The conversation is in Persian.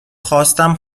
خواستم